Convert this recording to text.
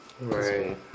Right